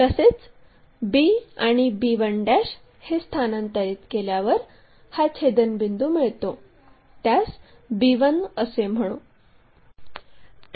तसेच b आणि b1 हे स्थानांतरित केल्यावर हा छेदनबिंदू मिळतो त्यास b1 असे म्हणू